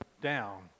down